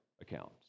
accounts